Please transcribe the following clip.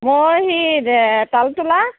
মই হে পালতুলা